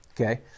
okay